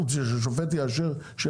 ששופט יאשר?